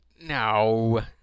No